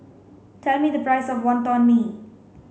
tell me the price of Wonton Mee